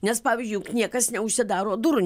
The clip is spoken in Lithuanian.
nes pavyzdžiui juk niekas neužsidaro durų